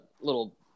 little